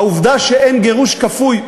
העובדה שאין גירוש כפוי,